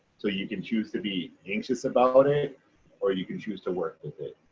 so you can choose to be anxious about it or you can choose to work with it.